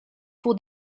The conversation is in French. pour